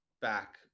back